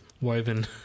woven